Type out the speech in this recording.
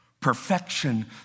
perfection